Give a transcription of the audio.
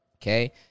Okay